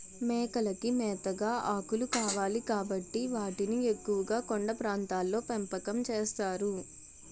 మేకలకి మేతగా ఆకులు కావాలి కాబట్టి వాటిని ఎక్కువుగా కొండ ప్రాంతాల్లో పెంపకం చేస్తారు